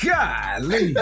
golly